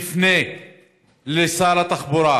נפנה לשר התחבורה,